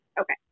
okay